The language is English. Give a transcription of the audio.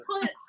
put